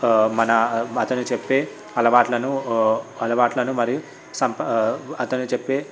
మన అతను చెప్పే అలవాట్లను అలవాట్లను మరియు అతను చెప్పే